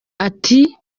ati